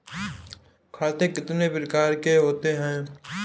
खाते कितने प्रकार के होते हैं?